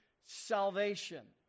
salvation